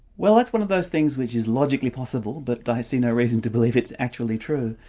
well that's one of those things which is logically possible, but i see no reason to believe it's actually true.